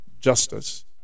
Justice